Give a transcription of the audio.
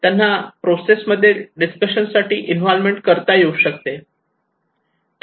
त्यांना प्रोसेस मध्ये डिस्कशन साठी इन्व्हॉल्व्हमेंट करता येऊ शकते